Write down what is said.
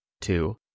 Two